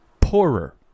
poorer